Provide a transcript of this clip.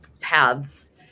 paths